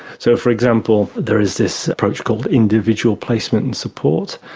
so for example, there is this approach called individual placement and support,